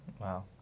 Wow